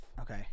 Okay